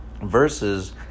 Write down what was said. versus